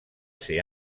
ser